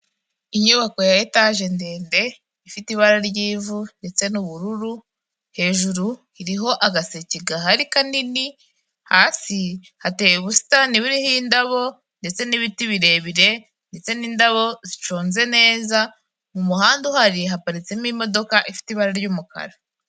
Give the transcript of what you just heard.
Inyubako ya etaje ndende, ifite ibara ry'ivu ndetse n'ubururu, hejuru iriho agaseke gahari kanini, hasi hateye ubusitani buriho indabo ndetse n'ibiti birebire ndetse n'indabo ziconze neza, mu muhanda uhari haparitsemo imodoka ifite ibara ry'umukara.